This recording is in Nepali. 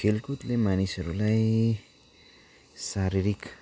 खेलकुदले मानिसहरूलाई शारीरिक